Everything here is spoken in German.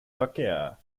verkehr